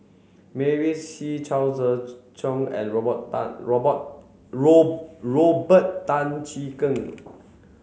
Mavis Hee Chao Tzee Cheng and Robert Tan Robert Robert Tan Jee Keng